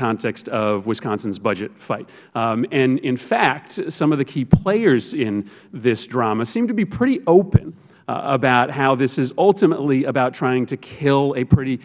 context of wisconsins budget fight in fact some of the key players in this drama seem to be pretty open about how this is ultimately about trying to kill a pretty